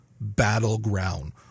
battleground